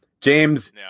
James